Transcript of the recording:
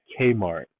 Kmart